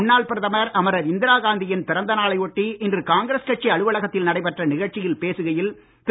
முன்னாள் பிரதமர் அமரர் இந்திரா காந்தி யின் பிறந்த நாளை ஒட்டி இன்று காங்கிரஸ் கட்சி அலுவலகத்தில் நடைபெற்ற நிகழ்ச்சியில் பேசுகையில் திரு